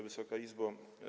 Wysoka Izbo!